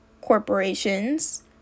corporations